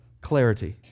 Clarity